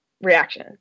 reaction